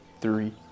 three